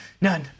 none